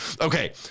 Okay